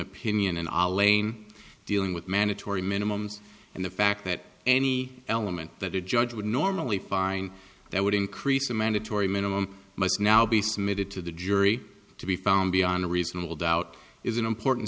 opinion in our lane dealing with mandatory minimums and the fact that any element that a judge would normally find that would increase a mandatory minimum must now be submitted to the jury to be found beyond a reasonable doubt is an important